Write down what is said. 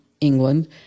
England